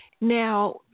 Now